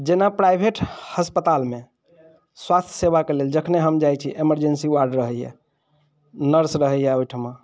जेना प्राइवेट अस्पतालमे स्वास्थ सेवाके लेल जखने हम जाइ छी एमर्जेन्सी वार्ड रहैए नर्स रहैए ओहिठमा